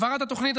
העברת התוכנית,